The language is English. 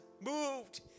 moved